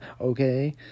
okay